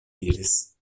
diris